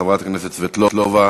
חברת הכנסת סבטלובה,